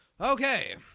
Okay